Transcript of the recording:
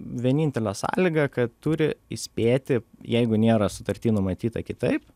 vienintelė sąlyga kad turi įspėti jeigu nėra sutarty numatyta kitaip